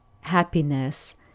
happiness